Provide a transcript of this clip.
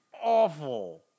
awful